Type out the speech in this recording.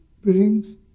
brings